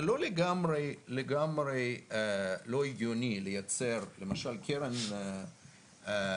זה לא לגמרי לא הגיוני לייצר למשל קרן סינגפורית,